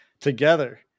Together